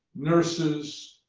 nurses,